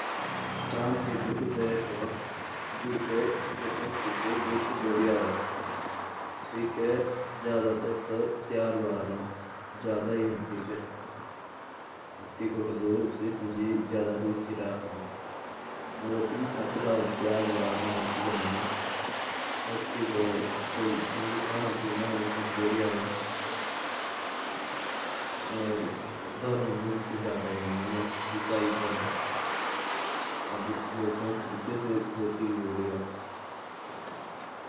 फ्रांस की संस्कृति में जो ये त्योहार होते हैं वो वहाँ ज़्यादा मनाते हैं। और वहाँ इसाई धर्म को भी ज़्यादा मानते हैं।